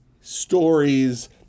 stories